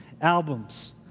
albums